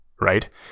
right